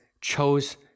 chose